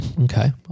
Okay